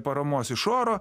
paramos iš oro